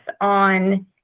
on